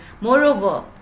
moreover